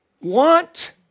want